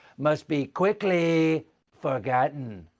must be quickly forgotten.